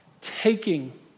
taking